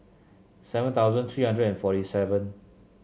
seven thousand three hundred and forty seven